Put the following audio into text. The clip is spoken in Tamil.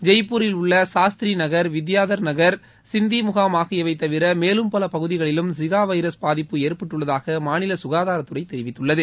ஜெய்ப்பூரில் உள்ள சாஸ்திரி நகர் வித்யாதர் நகர் சிந்தி முகாம் ஆகியவை தவிர மேலும் பல பகுதிகளிலும் ஜிக்கா வைரஸ் பாதிப்பு ஏற்பட்டுள்ளதாக மாநில ககாதாரத்துறை தெிவித்துள்ளது